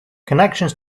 connections